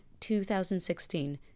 2016